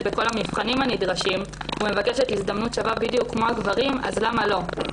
בכל המבחנים הנדרשים ומבקשת הזדמנות שווה בדיוק כמו הגברים אז למה לא?